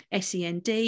SEND